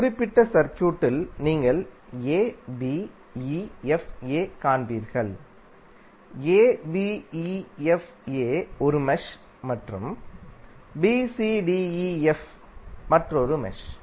குறிப்பிட்ட சர்க்யூட்டில் நீங்கள் abefa காண்பீர்கள் abefa 1 மெஷ் மற்றும் bcdef bcdef மற்றொரு மெஷ்